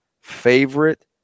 favorite